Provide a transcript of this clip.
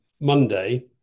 monday